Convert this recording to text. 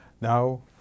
Now